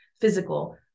physical